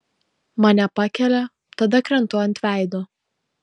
mane pakelia tada krentu ant veido